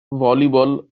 volleyball